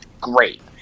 great